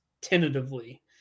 tentatively